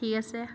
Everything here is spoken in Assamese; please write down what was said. ঠিক আছে